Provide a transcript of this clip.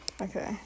Okay